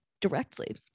directly